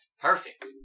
Perfect